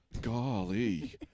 Golly